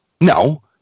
No